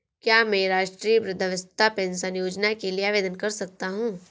क्या मैं राष्ट्रीय वृद्धावस्था पेंशन योजना के लिए आवेदन कर सकता हूँ?